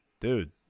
dude